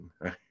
right